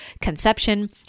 conception